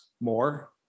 more